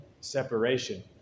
separation